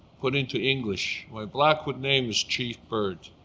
put into english. my blackfoot name is chief bird,